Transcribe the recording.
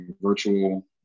virtual